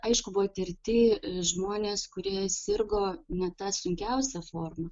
aišku buvo tirti žmonės kurie sirgo ne ta sunkiausia forma